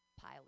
pile